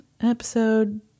Episode